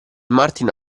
martin